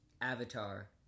Avatar